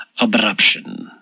abruption